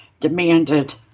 demanded